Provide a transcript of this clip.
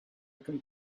can